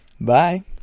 Bye